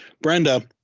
Brenda